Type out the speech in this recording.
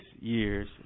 years